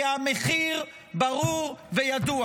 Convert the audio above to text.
כי המחיר ברור וידוע.